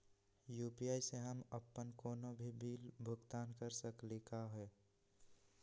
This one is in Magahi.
यू.पी.आई स हम अप्पन कोनो भी बिल भुगतान कर सकली का हे?